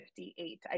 58